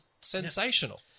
sensational